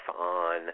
on